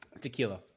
Tequila